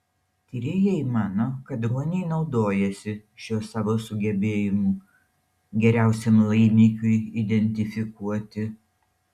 tyrėjai mano kad ruoniai naudojasi šiuo savo sugebėjimu geriausiam laimikiui identifikuoti